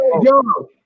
Yo